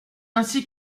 ainsi